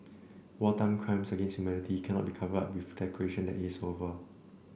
wartime crimes against humanity cannot be covered up with a declaration that it is over